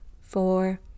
four